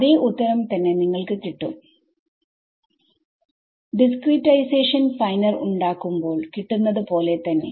അതേ ഉത്തരം തന്നെ നിങ്ങൾക്ക് കിട്ടും ഡിസ്ക്രീടൈസേഷൻ ഫൈനർ ഉണ്ടാക്കുമ്പോൾ കിട്ടുന്നത് പോലെ തന്നെ